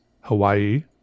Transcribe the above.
Hawaii